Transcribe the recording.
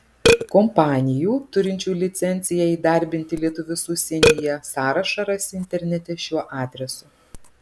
kompanijų turinčių licenciją įdarbinti lietuvius užsienyje sąrašą rasi internete šiuo adresu